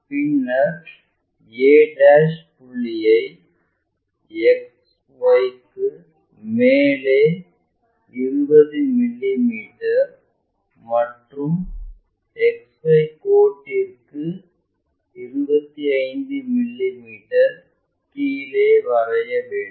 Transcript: பின்னர் a புள்ளியை XY க்கு மேலே 20 மிமீ மற்றும் XY கோட்டிற்கு 25 மிமீ கீழே வரைய வேண்டும்